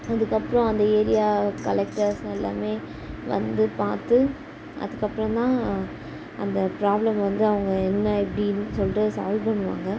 அதுக்கப்புறம் அந்த area collectors எல்லாமே வந்து பார்த்து அதுக்கப்புறம் தான் அந்த ப்ராப்ளம் வந்து அவங்க என்ன எப்படின்னு சொல்லிட்டு சால்வ் பண்ணுவாங்க